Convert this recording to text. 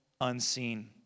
unseen